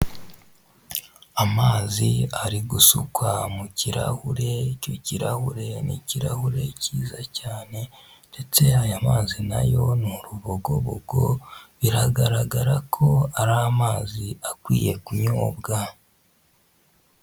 Amazi ari gusukwa mu kirahure, icyo kirahure n’ikirahure cyiza cyane ndetse ayamazi na yo ni urubugobogo biragaragara ko ari amazi akwiye kunyobwa.